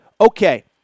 okay